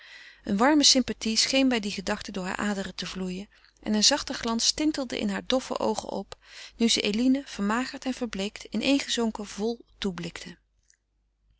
een warme sympathie scheen bij die gedachte door hare aderen te vloeien en een zachte glans tintelde in hare doffe oogen op nu ze eline vermagerd en verbleekt ineengezonken vol